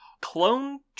Clone